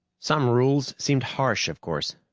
some rules seemed harsh, of course,